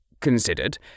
considered